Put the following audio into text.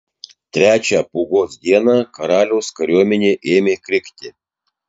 trečią pūgos dieną karaliaus kariuomenė ėmė krikti